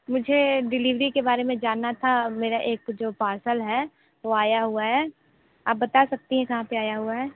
मुझे डिलिवरी के बारे में जानना था मेरा एक जो पार्सल है वह आया हुआ है आप बता सकती हैं कहाँ पे आया हुआ है